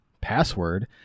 password